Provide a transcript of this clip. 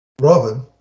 Robin